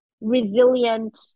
resilient